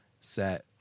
set